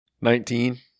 Nineteen